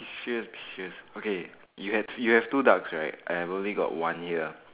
serious serious okay you have you have two ducks right I have only got one here